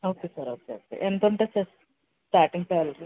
okay sir okay ఎంత ఉంటుంది sir starting salary